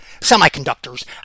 semiconductors